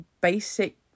Basic